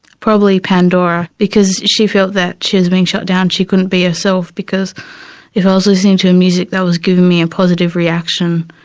probably pandora, because she felt that she was being shut down, she couldn't be herself, because if i was listening to the music, that was giving me a positive reaction.